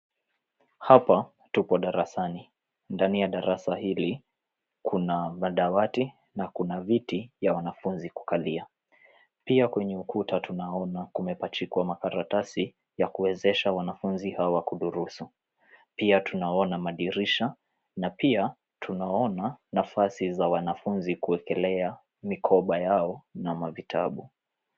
Hapa tupo darasani. Ndani ya darasa hili kuna madawati na kuna viti vya wanafunzi kukalia. Pia kwenye ukuta tunaona kumepachikwa makaratasi yakuwezesha wanafunzi hawa kudurusu. Pia tunaona madirisha, na pia tunaona nafasi za wanafunzi kuekelea mikoba yao na mavitabu.